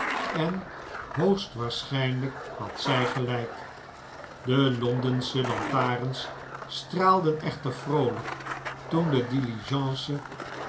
en hoogstwaarschijnlijk had zij gelijk de londensche lantaarns straalden echter vroolijk toen de